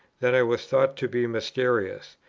then i was thought to be mysterious,